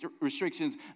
restrictions